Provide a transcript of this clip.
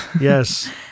Yes